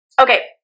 Okay